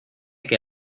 que